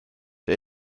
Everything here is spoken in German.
der